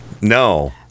no